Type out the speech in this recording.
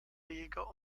jäger